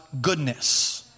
Goodness